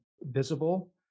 visible